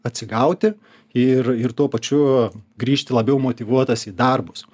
atsigauti ir ir tuo pačiu grįžti labiau motyvuotas į darbus